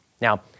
Now